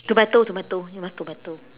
tomato tomato you must tomato